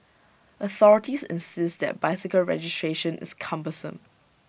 authorities insist that bicycle registration is cumbersome